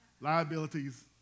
liabilities